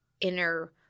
inner